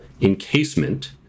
encasement